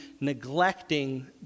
neglecting